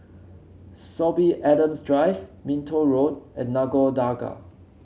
Sorby Adams Drive Minto Road and Nagore Dargah